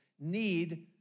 need